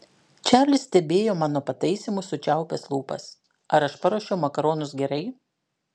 čarlis stebėjo mano pataisymus sučiaupęs lūpas ar aš paruošiau makaronus gerai